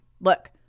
Look